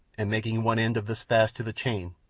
and, making one end of this fast to the chain,